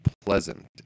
pleasant